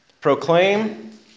Proclaim